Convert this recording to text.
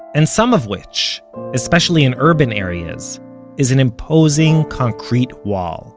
and some of which especially in urban areas is an imposing concrete wall